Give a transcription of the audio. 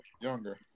younger